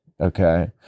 okay